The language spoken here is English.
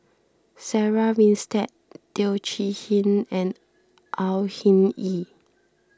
Sarah Winstedt Teo Chee Hean and Au Hing Yee